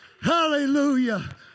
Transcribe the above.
Hallelujah